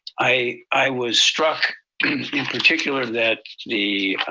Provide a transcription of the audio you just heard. i i was struck in particular that the